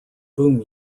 boom